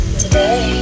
today